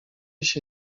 się